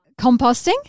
composting